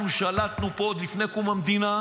אנחנו שלטנו פה עוד לפני קום המדינה,